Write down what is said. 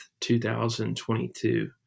2022